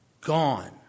Gone